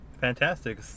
fantastic